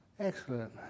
Excellent